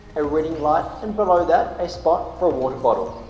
a reading light and below that, a spot for a water bottle